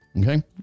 Okay